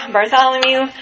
Bartholomew